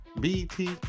BT